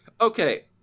okay